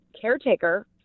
caretaker